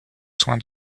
soin